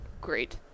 great